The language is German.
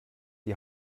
die